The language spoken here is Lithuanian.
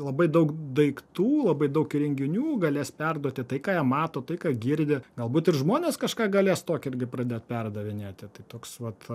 labai daug daiktų labai daug įrenginių galės perduoti tai ką jie mato tai ką girdi galbūt ir žmonės kažką galės tokio irgi pradėt perdavėti toks vat